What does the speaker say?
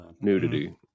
nudity